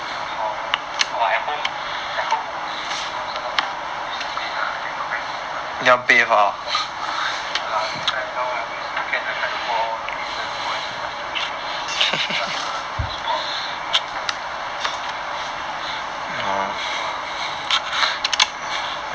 比较好 lor at home at home would be you know sometimes no no discipline lah then not very good but then I always then no then that's why now I always if can I try to go out for no reason why so just 出去 lor 驾车 just go out drive do something I think you do the same ah right